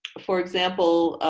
for example,